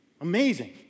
Amazing